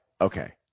okay